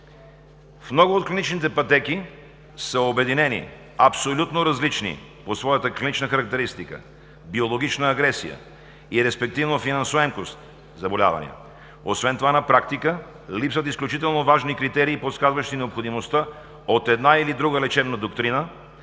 В много от клиничните пътеки са обединени абсолютно различни по своята клинична характеристика, биологична агресия, и респективно финансов емкост заболявания. Освен това на практика липсват изключително важни критерии, подсказващи необходимостта от една или друга лечебна доктрина,